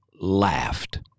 laughed